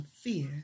fear